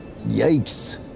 Yikes